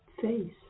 face